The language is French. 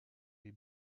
les